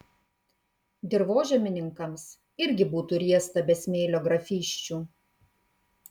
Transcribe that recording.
dirvožemininkams irgi būtų riesta be smėlio grafysčių